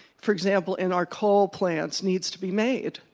for example, in our coal plants, needs to be made.